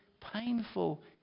painful